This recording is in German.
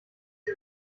die